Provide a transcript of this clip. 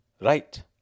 Right